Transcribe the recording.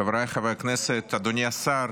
חבריי חברי הכנסת, אדוני השר,